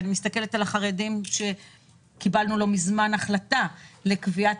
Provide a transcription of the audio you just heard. אני מסתכלת גם על החרדים שקיבלנו לא מזמן החלטה לקביעת